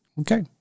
Okay